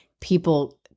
people